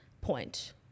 point